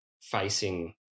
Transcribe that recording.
facing